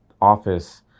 office